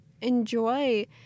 enjoy